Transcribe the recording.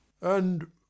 And